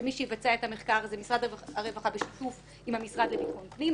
שמי שיבצע את המחקר זה משרד הרווחה בשיתוף עם המשרד לביטחון פנים.